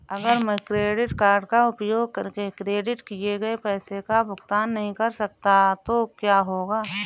अगर मैं credit card का उपयोग करके क्रेडिट किए गए पैसे का भुगतान नहीं कर सकता तो क्या होगा?